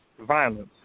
violence